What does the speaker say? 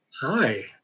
hi